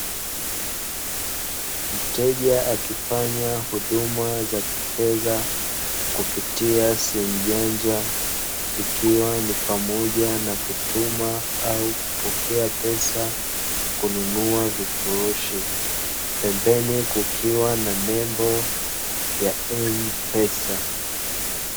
Mteja akifanya huduma za kifedha, kupitia simu janja ikiwa ni pamoja na kutuma au kupokea pesa, kununua vifurushi na pembeni kukiwa na nembo ya, M-pesa.